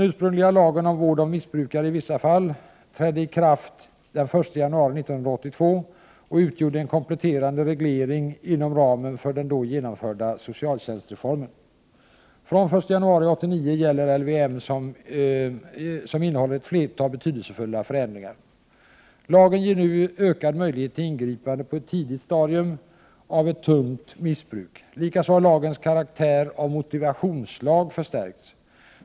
Från den 1 januari 1989 gäller LVM , som innehåller ett flertal betydelsefulla förändringar. Lagen ger nu ökad möjlighet till ingripande på ett tidigt stadium av ett tungt missbruk. Likaså har lagens karaktär av motivationslag förstärkts.